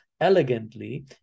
elegantly